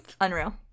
Unreal